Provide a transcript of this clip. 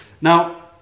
Now